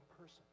person